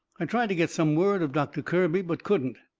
i tried to get some word of doctor kirby, but couldn't.